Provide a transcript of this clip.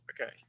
Okay